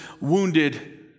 wounded